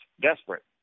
desperate